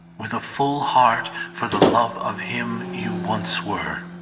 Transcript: with a full heart, for the love of him you once were.